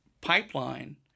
pipeline